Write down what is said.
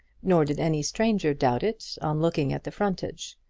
nor did any stranger doubt it on looking at the frontage.